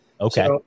Okay